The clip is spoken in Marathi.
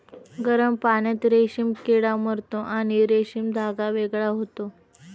गरम पाण्यात रेशीम किडा मरतो आणि रेशीम धागा वेगळा होतो